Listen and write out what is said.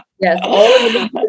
yes